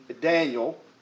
Daniel